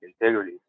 integrity